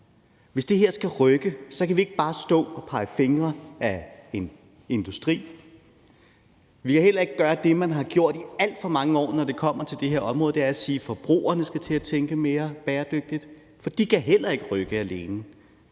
Hvis det her skal rykke, kan vi ikke bare stå og pege fingre ad en industri. Vi kan heller ikke gøre det, man har gjort i alt for mange år, når det kommer til det her område, nemlig at sige, at forbrugerne skal til at tænke mere bæredygtigt, for de kan heller ikke rykke alene.